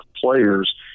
players